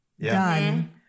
done